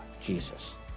Jesus